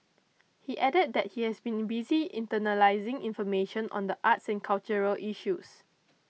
he added that he has been busy internalising information on the arts and cultural issues